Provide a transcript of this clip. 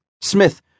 Smith